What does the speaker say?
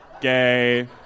gay